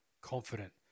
confident